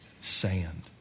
sand